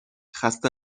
خسته